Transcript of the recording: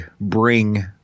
bring